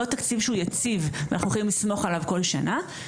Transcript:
תקציב שאנחנו יכולים לסמוך עליו כל שנה.